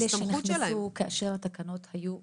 יש כאלה שנכנסו כאשר התקנות היו בתוקף.